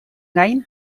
gain